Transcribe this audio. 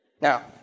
Now